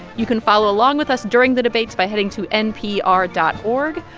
you can follow along with us during the debates by heading to npr dot org.